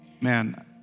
man